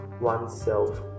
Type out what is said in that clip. oneself